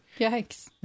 yikes